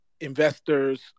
investors